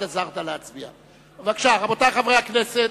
רבותי חברי הכנסת,